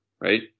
right